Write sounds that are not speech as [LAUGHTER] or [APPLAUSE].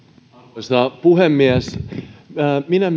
arvoisa puhemies myös minä [UNINTELLIGIBLE]